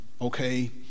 okay